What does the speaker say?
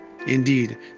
indeed